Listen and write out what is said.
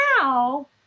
now